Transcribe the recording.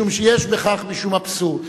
משום שיש בכך משום אבסורד.